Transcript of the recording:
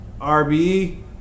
RBE